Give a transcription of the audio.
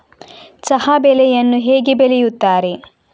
ಚಹಾ ಬೆಳೆಯನ್ನು ಹೇಗೆ ಬೆಳೆಯುತ್ತಾರೆ?